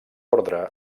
ordre